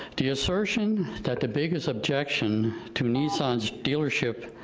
the assertion that the biggest objection to nissan's dealership,